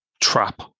trap